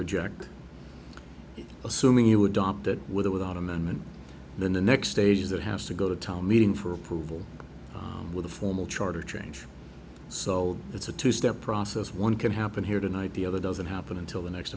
reject assuming you adopt that with or without amendment then the next stage that has to go to tell meeting for approval with a formal charter change so it's a two step process one can happen here tonight the other doesn't happen until the next